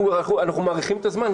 אנחנו מאריכים את הזמן.